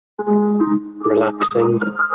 relaxing